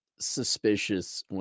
suspicious